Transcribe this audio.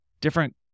different